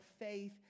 faith